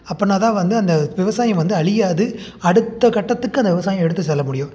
அப்படினாதான் வந்து அந்த விவசாயம் வந்து அழியாது அடுத்தக் கட்டத்துக்கு அந்த விவசாயம் எடுத்து செல்ல முடியும்